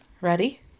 Ready